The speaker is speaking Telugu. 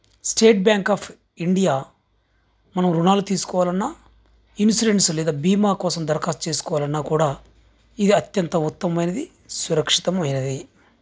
స్టేట్ బ్యాంక్ ఆఫ్ ఇండియా మనం రుణాలు తీసుకోవాలన్నా ఇన్సూరెన్స్ లేదా బీమా కోసం దరఖాస్తు చేసుకోవాలన్నా కూడా ఇది అత్యంత ఉత్తమమైనది సురక్షితమైనది